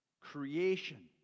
creation